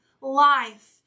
life